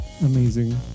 amazing